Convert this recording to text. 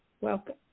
Welcome